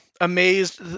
amazed